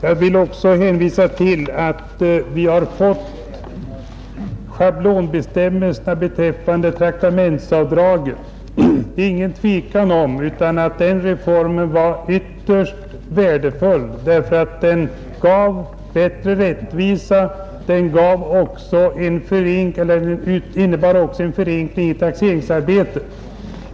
Jag vill också hänvisa till att vi har fått schablonbestämmelserna beträffande traktamentsavdragen, och det är ingen tvekan om att den reformen varit ytterst värdefull, ty den ger större rättvisa och den innebär en förenkling av taxeringsarbetet.